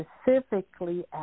specifically